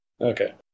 Okay